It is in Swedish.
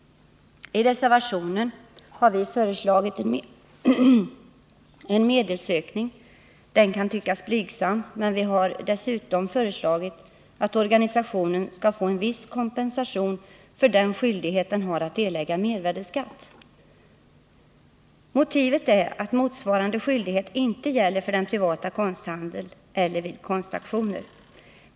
I reservationen har vi föreslagit en medelsökning. Den kan tyckas blygsam, men vi har dessutom föreslagit att organisationen skall få en viss kompensation för den skyldighet den har att erlägga mervärdeskatt. Motivet är att motsvarande skyldighet inte gäller för den privata konsthandeln eller vid konstauktioner.